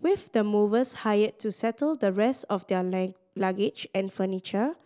with the movers hired to settle the rest of their luggage and furniture